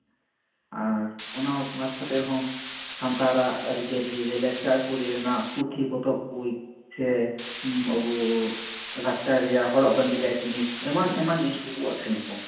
ᱟᱨ ᱚᱱᱟ ᱵᱟᱫᱽ ᱠᱟᱛᱮ ᱦᱚᱸ ᱥᱟᱱᱛᱟᱲᱟᱜ ᱟᱹᱨᱤᱪᱟᱹᱞᱤ ᱞᱟᱭᱞᱟᱠᱪᱟᱨ ᱠᱚᱨᱮᱱᱟᱜ ᱯᱩᱛᱷᱤ ᱯᱚᱛᱚᱵᱽ ᱠᱚ ᱥᱮ ᱟᱵᱚ ᱞᱟᱠᱪᱟᱨ ᱨᱮᱭᱟᱜ ᱦᱚᱨᱚᱜ ᱵᱟᱸᱫᱮ ᱨᱮᱭᱟᱜ ᱡᱤᱱᱤᱥ ᱮᱢᱟᱱᱼᱮᱢᱟᱱ ᱡᱤᱱᱤᱥ ᱠᱚ ᱟᱹᱠᱷᱨᱤᱧᱟᱠᱚ ᱚᱸᱰᱮ